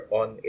on